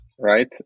right